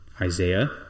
Isaiah